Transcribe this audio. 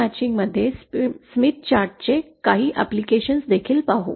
जुळणीत Smith चार्टचे काही विनियोग देखील पाहू